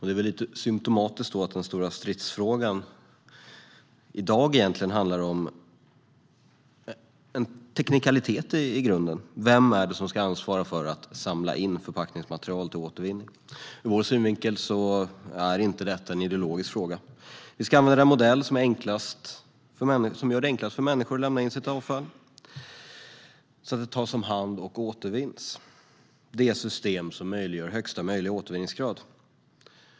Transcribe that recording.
Det är lite symtomatiskt att den stora stridsfrågan i dag egentligen handlar om en teknikalitet i grunden: Vem är det som ska ansvara för att samla in förpackningsmaterial till återvinning? Ur Sverigedemokraternas synvinkel är inte detta en ideologisk fråga. Vi ska använda den modell som gör det enklast för människor att lämna in sitt avfall så att det tas om hand och återvinns - det system som möjliggör högsta möjliga återvinningsgrad.